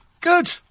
Good